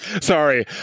sorry